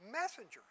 messengers